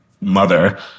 mother